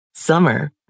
Summer